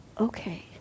Okay